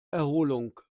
erholung